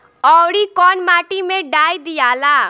औवरी कौन माटी मे डाई दियाला?